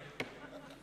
לא נתקבלו.